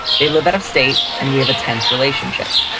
they live out of state and we have a tense relationship.